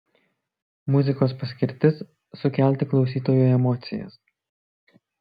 muzikos paskirtis sukelti klausytojui emocijas